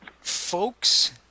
folks